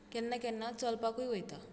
केन्ना केन्ना चलपाकूय वयता